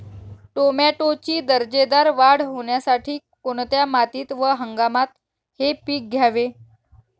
टोमॅटोची दर्जेदार वाढ होण्यासाठी कोणत्या मातीत व हंगामात हे पीक घ्यावे?